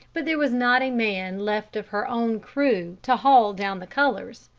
but there was not a man left of her own crew to haul down the colors.